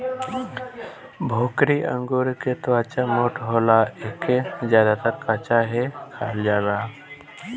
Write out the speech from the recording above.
भोकरी अंगूर के त्वचा मोट होला एके ज्यादातर कच्चा ही खाईल जाला